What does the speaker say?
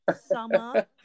summer